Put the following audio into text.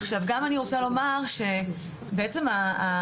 עכשיו גם אני רוצה לומר שבעצם השחרור